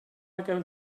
going